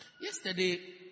Yesterday